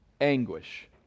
anguish